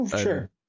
sure